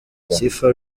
sifa